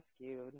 rescued